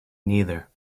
neither